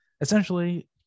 essentially